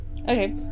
Okay